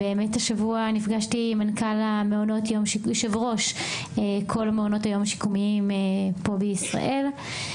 השבוע נפגשתי עם יו"ר כל מעונות-היום השיקומיים פה בישראל.